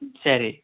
சரி